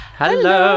Hello